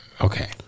Okay